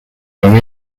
where